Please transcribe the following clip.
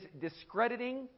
discrediting